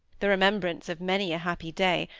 the remembrance of many a happy day,